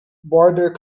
border